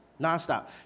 Nonstop